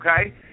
okay